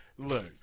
Look